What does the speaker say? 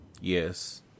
Yes